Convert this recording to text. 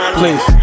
please